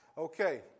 Okay